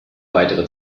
weitere